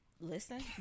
listen